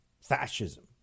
fascism